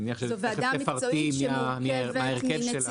אני מניח שתיכף תפרטי מה ההרכב שלה.